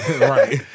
Right